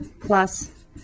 plus